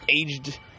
aged